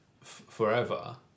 forever